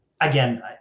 again